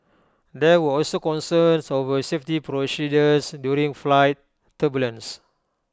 there were also concerns over safety procedures during flight turbulence